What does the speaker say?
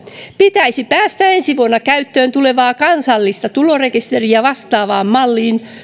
pitäisi päästä ensi vuonna käyttöön tulevaa kansallista tulorekisteriä vastaavaan malliin